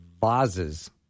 vases